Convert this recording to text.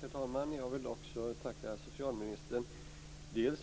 Herr talman! Jag vill också tacka socialministern